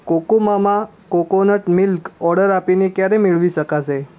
Cocomama coconut milk order આપીને ક્યારે મેળવી શકાશે